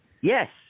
Yes